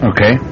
Okay